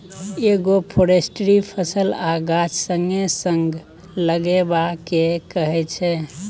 agroforestry फसल आ गाछ संगे संग लगेबा केँ कहय छै